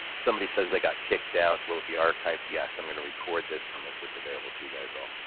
somebody says they got kicked out, will it be archived? yes, i'm going to record this, i'll make this available to you guys all.